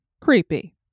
Creepy